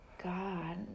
God